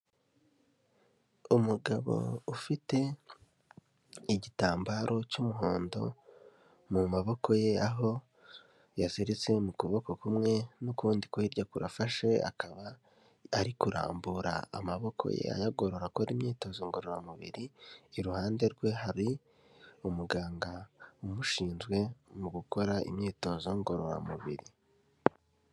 Umugabo ufite igitambaro cy'umuhondo mu maboko ye, aho yaziritse mu kuboko kumwe n'ukundi ko hirya kurafashe, akaba ari kurambura amaboko ye ayagorora akora imyitozo ngororamubiri, iruhande rwe hari umuganga umushinzwe mu gukora imyitozo ngororamubiri.